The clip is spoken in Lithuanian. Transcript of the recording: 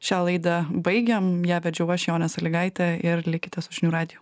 šią laidą baigiam ją vedžiau aš jonė sąlygaitė ir likite su žinių radiju